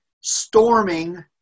storming